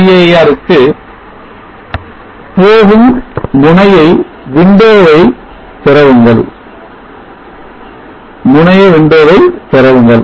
cir க்கு போகும் போகும் முனைய விண்டோவை திறவுங்கள்